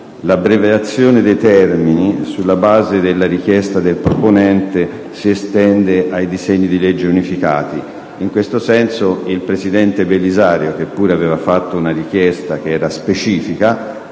l'abbreviazione dei termini, sulla base della richiesta del proponente, si estende ai disegni di legge unificati. In questo senso il presidente Belisario, che pure aveva fatto una richiesta specifica